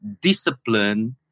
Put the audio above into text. discipline